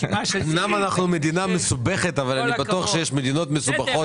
אמנם אנחנו מדינה מסובכת אבל אני בטוח שיש מדינות מסובכות דומות.